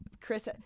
chris